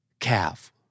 Calf